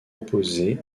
opposé